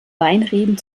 weinreben